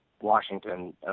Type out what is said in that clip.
Washington